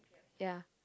ya